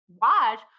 watch